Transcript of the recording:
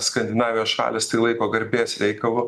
skandinavijos šalys tai laiko garbės reikalu